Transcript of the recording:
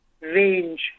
range